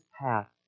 path